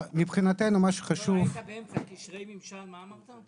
מבחינתנו מה שחשוב -- זה קשרי ממשל, מה המקום?